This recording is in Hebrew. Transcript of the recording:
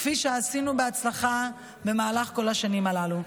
כפי שעשינו בהצלחה במהלך כל השנים הללו.